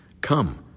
come